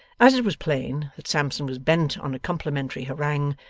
as it was plain that sampson was bent on a complimentary harangue,